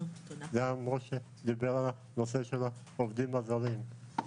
גם משה דיבר על הנושא של העובדים הזרים.